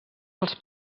dels